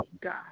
God